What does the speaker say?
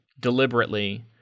deliberately